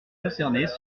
concernées